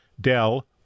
Dell